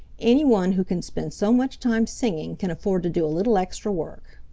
any one who can spend so much time singing can afford to do a little extra work.